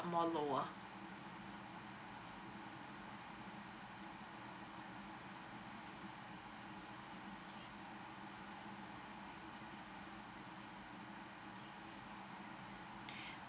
more lower